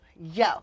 yo